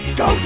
go